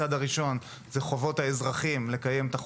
הצד הראשון הוא חובות האזרחים לקיים את החוקים,